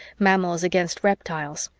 mammals against reptiles.